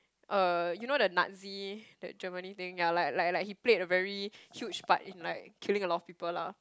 uh you know the Nazi the Germany thing ya like like like he played a very huge part in like killing a lot of people lah